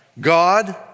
God